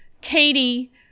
Katie